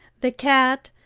the cat,